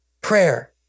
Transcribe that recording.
prayer